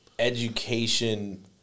education